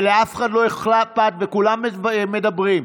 ולאף אחד לא אכפת וכולם מדברים.